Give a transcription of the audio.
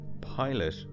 pilot